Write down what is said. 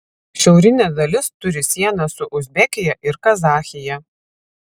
šiaurinė dalis turi sieną su uzbekija ir kazachija